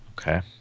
Okay